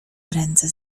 ręce